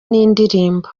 n’indirimbo